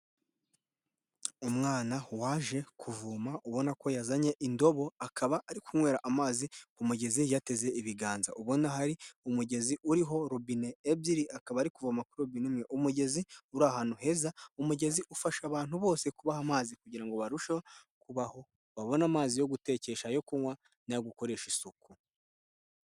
Umwana waje kuvoma ubona ko yazanye indobo, akaba ari kunywera amazi ku mugezi yateze ibiganza. Ubona hari umugezi uriho robine ebyiri, akaba ari kuvoma kuri robine imwe. Umugezi uri ahantu heza, umugezi ufasha abantu bose kubaha amazi, kugira ngo barusheho kubaho, babone amazi yo gutekesha, ayo kunywa n'ayo gukoresha isuku.